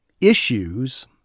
issues